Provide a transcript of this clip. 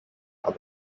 are